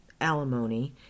alimony